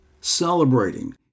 celebrating